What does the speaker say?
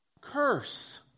curse